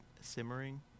simmering